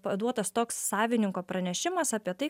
paduotas toks savininko pranešimas apie tai